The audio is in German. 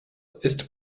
ist